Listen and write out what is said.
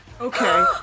Okay